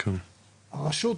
הרשות,